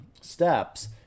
steps